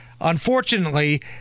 unfortunately